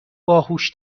باهوش